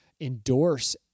endorse